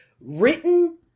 written